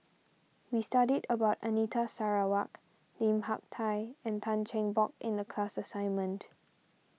we studied about Anita Sarawak Lim Hak Tai and Tan Cheng Bock in the class assignment